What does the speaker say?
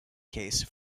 case